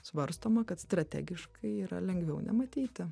svarstoma kad strategiškai yra lengviau nematyti